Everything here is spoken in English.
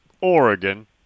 Oregon